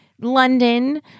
London